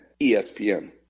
ESPN